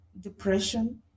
depression